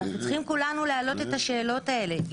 אנחנו צריכים כולנו להעלות את השאלות האלה.